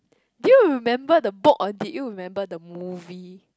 do you remember the book or did you remember the movie